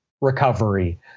recovery